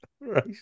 Right